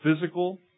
physical